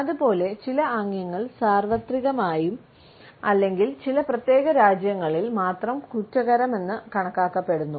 അതുപോലെ ചില ആംഗ്യങ്ങൾ സാർവത്രികമായി അല്ലെങ്കിൽ ചില പ്രത്യേക രാജ്യങ്ങളിൽ മാത്രം കുറ്റകരമെന്ന് കണക്കാക്കപ്പെടുന്നു